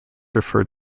referred